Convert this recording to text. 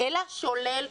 אלא שולל תקציבים,